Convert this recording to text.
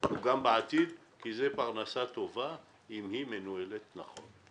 שיבואו גם בעתיד כי זו פרנסה טובה אם היא מנוהלת נכון.